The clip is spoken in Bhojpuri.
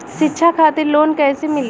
शिक्षा खातिर लोन कैसे मिली?